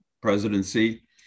presidency